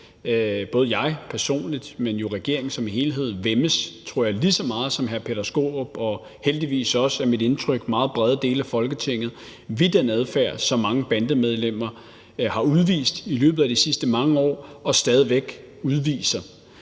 Både jeg personligt, men jo også regeringen som helhed væmmes, tror jeg, lige så meget som hr. Peter Skaarup og heldigvis også meget brede dele af Folketinget – det er mit indtryk – ved den adfærd, som mange bandemedlemmer har udvist i løbet af de sidste mange år og stadig væk udviser.